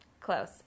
Close